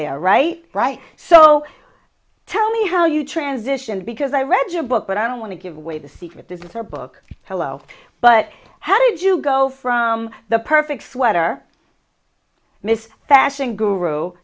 there right right so tell me how you transitioned because i read your book but i don't want to give away the secret this is her book hello but how did you go from the perfect sweater miss fashion guru